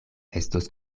estos